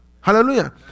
hallelujah